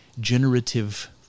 generative